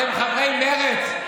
אתם, חברי מרצ,